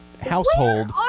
household